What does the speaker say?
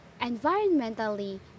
environmentally